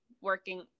working